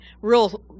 real